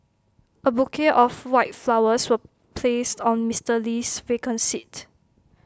A bouquet of white flowers was placed on Mister Lee's vacant seat